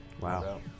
Wow